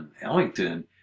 Ellington